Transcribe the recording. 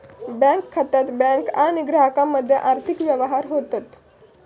bank खात्यात bank आणि ग्राहकामध्ये आर्थिक व्यवहार होतत